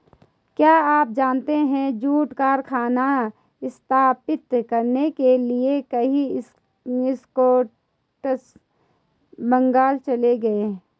क्या आप जानते है जूट कारखाने स्थापित करने के लिए कई स्कॉट्स बंगाल चले गए?